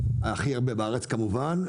הכי הרבה בארץ כמובן,